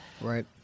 right